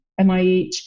MIH